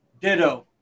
Ditto